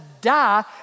die